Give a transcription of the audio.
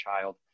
child